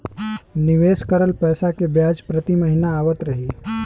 निवेश करल पैसा के ब्याज प्रति महीना आवत रही?